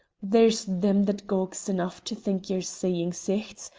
there's them that's gowks enough to think ye're seein' sichts,